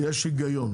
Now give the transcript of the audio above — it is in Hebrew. יש היגיון.